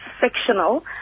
fictional